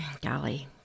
golly